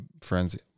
friends